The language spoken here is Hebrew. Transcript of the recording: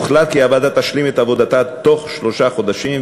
הוחלט כי הוועדה תשלים את עבודתה בתוך שלושה חודשים,